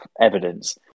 evidence